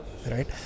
right